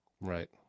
Right